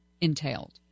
entailed